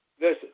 Listen